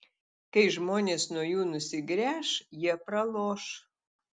kai žmonės nuo jų nusigręš jie praloš